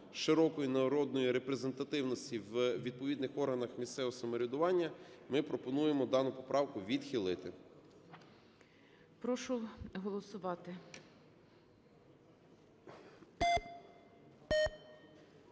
широкої народної репрезентативності у відповідних органах місцевого самоврядування, ми пропонуємо дану поправку відхилити. ГОЛОВУЮЧИЙ. Прошу голосувати.